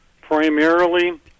primarily